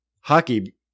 hockey